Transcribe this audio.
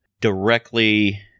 directly